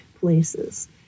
places